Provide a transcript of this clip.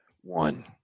one